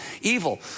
evil